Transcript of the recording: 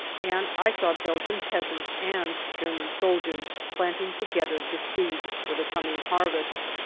and i saw belgian peasants and german soldiers planting together the seed for the coming harvest.